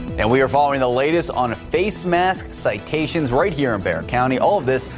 and we're following the latest on a face mask citations right here in bexar county all of this.